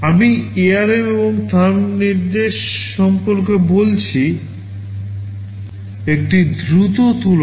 আমি ARM এবং thumb নির্দেশ সম্পর্কে বলছি একটি দ্রুত তুলনা